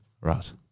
Right